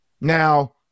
Now –